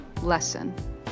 lesson